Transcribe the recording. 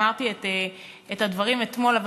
אמרתי את הדברים אתמול.